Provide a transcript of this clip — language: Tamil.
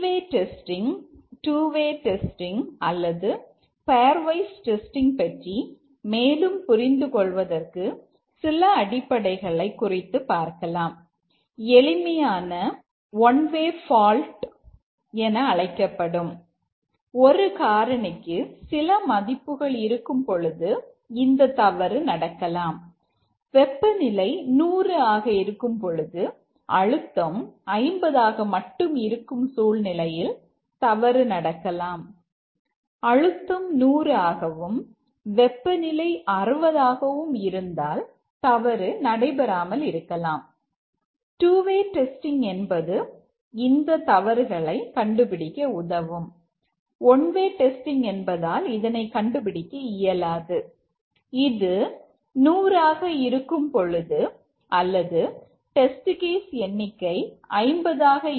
t வே டெஸ்டிங் என்பது இந்த தவறுகளை கண்டுபிடிக்க உதவும்